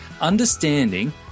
understanding